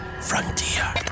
Frontier